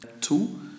two